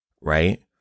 right